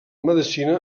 medicina